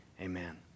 amen